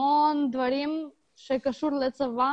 הרבה דברים שקשורים לצבא